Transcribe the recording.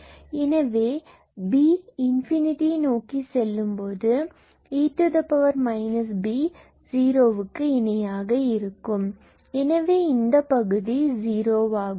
எனவே B infinity நோக்கி செல்லும் போது e B 0 வுக்கு இணையாக இருக்கும் எனவே இந்த பகுதி 0 வாகும்